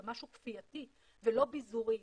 במשהו כפייתי ולא ביזורי,